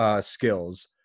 skills